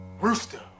Rooster